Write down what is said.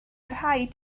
rhaid